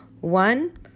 one